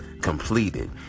completed